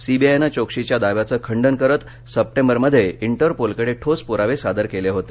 सीबीआयनं चौकसीच्या दाव्यांचं खंडन करत सप्टेंबरमध्ये इंटरपोलकडे ठोस प्रावे सादर केले होते